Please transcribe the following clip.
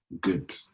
good